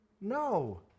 No